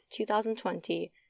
2020